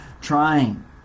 trying